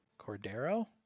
Cordero